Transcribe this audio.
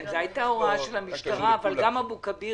הכי קל לזרוק על אבו כביר